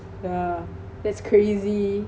yeah that's crazy